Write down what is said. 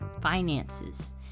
Finances